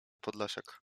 podlasiak